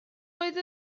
oedd